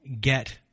get